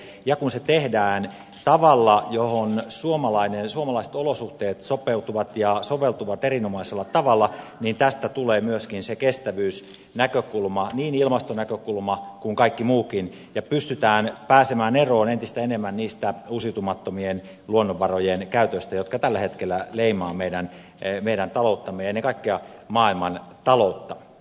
ja kun se tehdään tavalla johon suomalainen ja suomalaiset olosuhteet sopeutuvat ja soveltuvat erinomaisella tavalla niin tästä tulee myöskin se kestävyysnäkökulma niin ilmastonäkökulma kun kaikki muukin ja pystytään pääsemään eroon entistä enemmän siitä uusiutumattomien luonnonvarojen käytöstä joka tällä hetkellä leimaa meidän talouttamme ja ennen kaikkea maailman taloutta